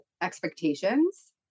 expectations